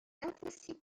lymphocytes